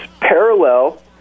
parallel